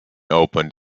opened